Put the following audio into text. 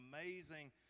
amazing